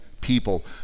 people